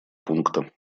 пункта